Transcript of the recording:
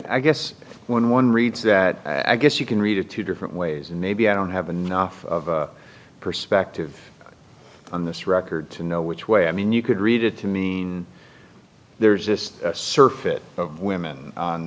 i guess when one reads that i guess you can read it two different ways and maybe i don't have enough perspective on this record to know which way i mean you could read it to mean there's this surfeit of women on